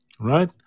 right